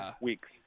weeks